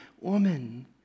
Woman